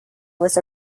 was